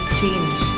change